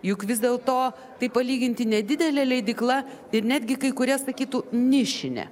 juk vis dėlto tai palyginti nedidelė leidykla ir netgi kai kurie sakytų nišinė